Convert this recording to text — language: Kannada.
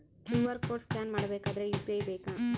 ಕ್ಯೂ.ಆರ್ ಕೋಡ್ ಸ್ಕ್ಯಾನ್ ಮಾಡಬೇಕಾದರೆ ಯು.ಪಿ.ಐ ಬೇಕಾ?